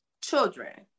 children